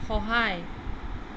সহায়